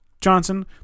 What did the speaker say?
Johnson